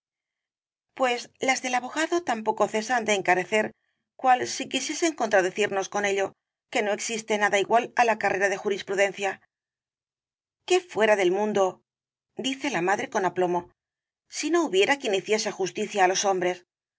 pues las del abogado tampoco cesan de encarecer cual si quisiesen contradecirnos con ello que no existe nada igual á la carrera de jurisprudencia qué fuera del mundodice la madre con aplomosi no hubiera quien hiciese justicia á los hombres